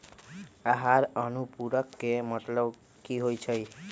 आहार अनुपूरक के मतलब की होइ छई?